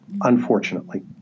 unfortunately